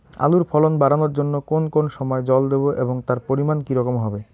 আলুর ফলন বাড়ানোর জন্য কোন কোন সময় জল দেব এবং তার পরিমান কি রকম হবে?